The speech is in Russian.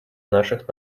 наших